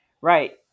right